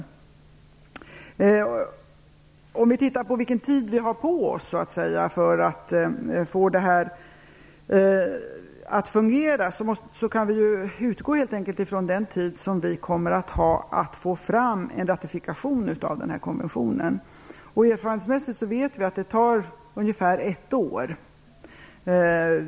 När det gäller vilken tid vi har på oss att få det här att fungera kan vi helt enkelt utgå från den tid som vi kommer att ha att få fram en ratifikation av den här konventionen. Erfarenhetsmässigt vet vi att det tar ungefär ett år.